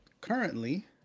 currently